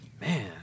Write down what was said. man